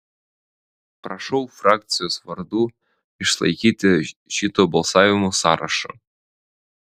prašau frakcijos vardu išlaikyti šito balsavimo sąrašą